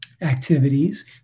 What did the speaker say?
activities